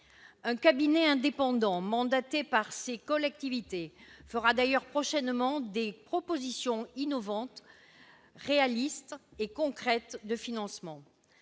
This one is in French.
Un cabinet indépendant, mandaté par ces collectivités, fera d'ailleurs prochainement des propositions innovantes, réalistes et concrètes de financement.